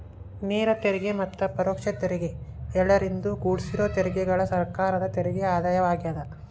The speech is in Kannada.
ನೇರ ತೆರಿಗೆ ಮತ್ತ ಪರೋಕ್ಷ ತೆರಿಗೆ ಎರಡರಿಂದೂ ಕುಡ್ಸಿರೋ ತೆರಿಗೆಗಳ ಸರ್ಕಾರದ ತೆರಿಗೆ ಆದಾಯವಾಗ್ಯಾದ